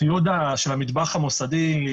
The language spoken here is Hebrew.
הציוד של המטבח המוסדי,